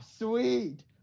sweet